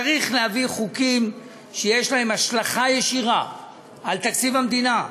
צריך להביא חוקים שיש להם השלכה ישירה על תקציב המדינה.